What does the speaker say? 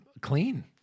clean